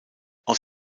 aus